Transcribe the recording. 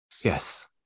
Yes